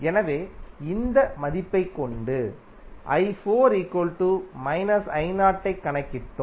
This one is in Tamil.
எனவே இந்த மதிப்பைக் கொண்டு ஐக் கணக்கிட்டோம்